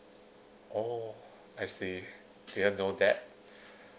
oh I see didn't know that